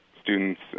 students